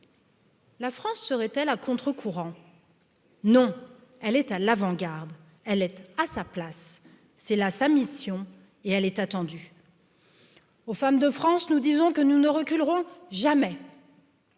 la france serait elle à contre courant non elle est à l'avant garde elle est à sa place c'est là sa mission et elle est attendue aux femmes de france nous disons que nous ne jamais